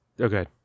Okay